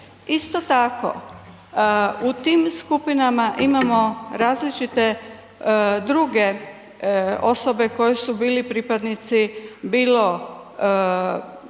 Isto tako u tim skupinama imamo različite druge osobe koje su bili pripadnici bilo,